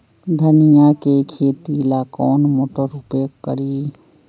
धनिया के खेती ला कौन मोटर उपयोग करी?